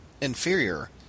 inferior